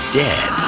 dead